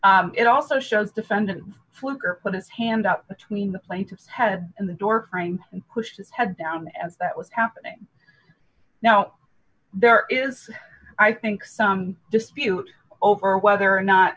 t it also showed defendant fluker put his hand up between the plaintiff's head and the door frame and pushed his head down as that was happening now there is i think some dispute over whether or